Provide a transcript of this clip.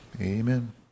amen